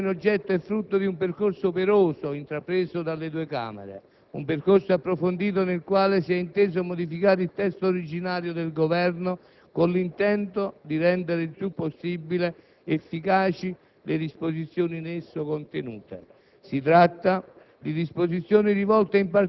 Come è noto, il testo in oggetto è il frutto di un percorso operoso intrapreso dalle due Camere; un percorso approfondito nel quale si è inteso modificare il testo originario del Governo, con l'intento di rendere il più possibile efficaci le disposizioni in esso contenute.